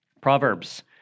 Proverbs